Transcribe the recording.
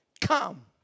come